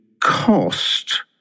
cost